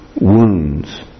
wounds